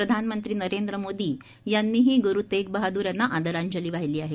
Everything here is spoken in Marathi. प्रधानमंत्री नरेंद्र मोदी यांनीही ग्रु तेग बहादूर यांना आदरांजली वाहिली आहे